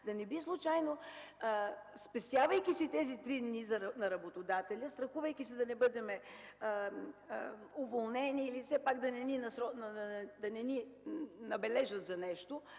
да не би случайно спестявайки си тези 3 дни на работодателя и страхувайки се да не бъдем уволнени или все пак да не ни набележат за нещо